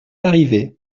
arrivé